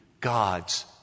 God's